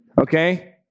Okay